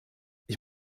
ich